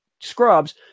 scrubs